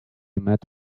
met